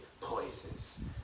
places